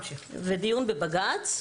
ודיון בבג"צ,